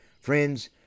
Friends